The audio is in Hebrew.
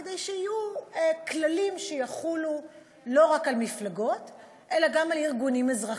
כדי שיהיו כללים שיחולו לא רק על מפלגות אלא גם על ארגונים אזרחיים.